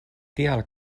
tial